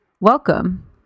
Welcome